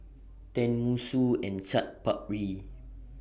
Tenmusu and Chaat Papri